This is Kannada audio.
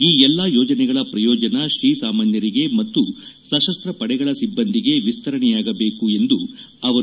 ಈ ಎಲ್ಲಾ ಯೋಜನೆಗಳ ಪ್ರಯೋಜನ ಶ್ರೀಸಾಮಾನ್ಯರಿಗೆ ಮತ್ತು ಸಶಸ್ತ ಪಡೆಗಳ ಸಿಬ್ಬಂದಿಗೆ ವಿಸ್ತರಣೆಯಾಗಬೇಕು ಎಂದರು